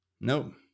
no